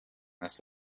this